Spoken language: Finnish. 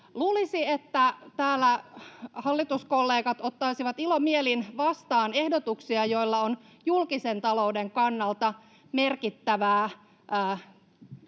Luulisi, että täällä hallituskollegat ottaisivat ilomielin vastaan ehdotuksia, joilla saadaan julkisen talouden kannalta merkittävää säästöä